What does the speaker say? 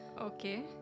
okay